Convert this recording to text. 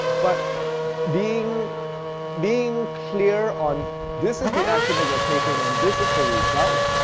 but being being clear on this is the action that you're taking and this is the result,